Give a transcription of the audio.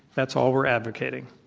that's all we're advocating.